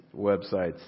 websites